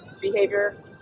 behavior